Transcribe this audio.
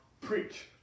preach